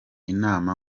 inama